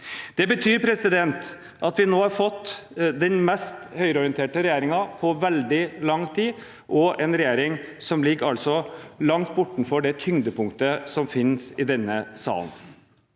Det betyr at vi nå har fått den mest høyreorienterte regjeringen på veldig lang tid, og en regjering som altså ligger langt bortenfor det tyngdepunktet som finnes i denne salen.